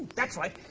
that's right,